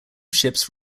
ships